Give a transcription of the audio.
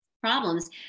problems